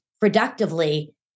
productively